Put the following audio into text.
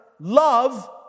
love